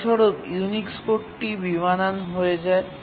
ফলস্বরূপ ইউনিক্স কোডটি বেমানান হয়ে যায়